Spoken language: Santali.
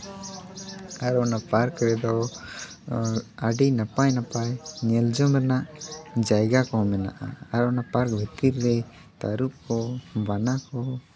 ᱟᱨ ᱚᱱᱟ ᱯᱟᱨᱠ ᱨᱮᱫᱚ ᱟᱹᱰᱤ ᱱᱟᱯᱟᱭ ᱱᱟᱯᱟᱭ ᱧᱮᱞ ᱡᱚᱝ ᱨᱮᱱᱟᱜ ᱡᱟᱭᱜᱟ ᱠᱚ ᱢᱮᱱᱟᱜᱼᱟ ᱟᱨ ᱚᱱᱟ ᱯᱟᱨᱠ ᱵᱷᱤᱛᱤᱨ ᱨᱮ ᱛᱟᱹᱨᱩᱵ ᱠᱚ ᱵᱟᱱᱟ ᱠᱚ